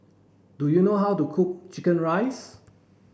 do you know how to cook chicken rice